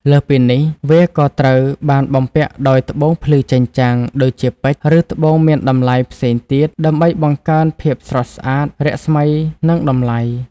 លើសពីនេះ វាក៏ត្រូវបានបំពាក់ដោយ ត្បូងភ្លឺចែងចាំង ដូចជាពេជ្រ ឬត្បូងមានតម្លៃផ្សេងទៀត ដើម្បីបង្កើនភាពស្រស់ស្អាត រស្មី និងតម្លៃ។